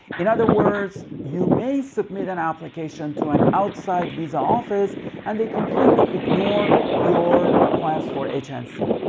in other words, you may submit an application to an outside visa office and they completely ignore your request for h and c.